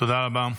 תודה רבה.